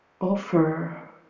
offer